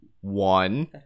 One